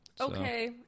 Okay